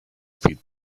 feet